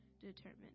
determined